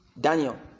Daniel